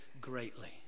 greatly